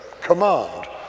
command